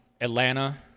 Atlanta